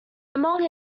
among